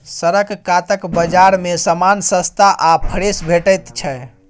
सड़क कातक बजार मे समान सस्ता आ फ्रेश भेटैत छै